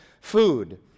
food